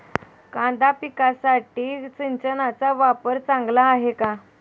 कांदा पिकासाठी सिंचनाचा वापर चांगला आहे का?